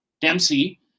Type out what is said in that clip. dempsey